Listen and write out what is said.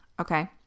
Okay